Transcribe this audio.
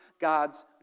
God's